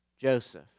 Joseph